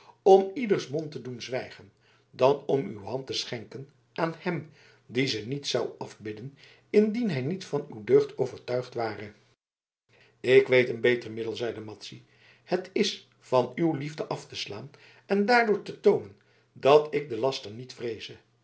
om ieders mond te doen zwijgen dan om uw hand te schenken aan hem die ze niet zou afbidden indien hij niet van uw deugd overtuigd ware ik weet een beter middel zeide madzy het is van uw liefde af te slaan en daardoor te toonen dat ik den laster niet vreeze